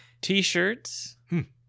t-shirts